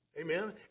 Amen